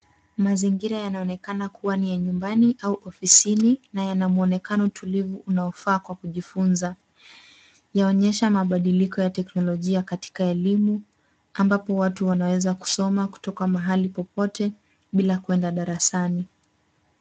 Mazingira yanaonekana kua ni ya nyumbani au ofisini, na yana mwonekano tulivu unaofaa kwa kujifunza. Yaonyesha mabadiliko ya teknolojia katika elimu, ambapo watu wanaweza kusoma kutoka mahali popote bila kuenda darasani.